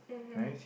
mmhmm